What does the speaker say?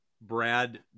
Brad